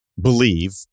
believe